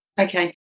Okay